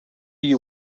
you